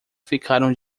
ficaram